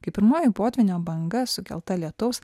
kai pirmoji potvynio banga sukelta lietaus